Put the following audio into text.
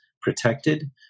protected